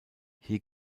hier